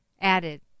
Added